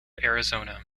arizona